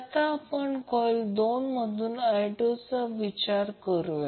आता आपण कॉइल 2 मधून i2 करंटचा विचार करूया